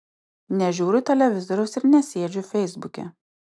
nežiūriu televizoriaus ir nesėdžiu feisbuke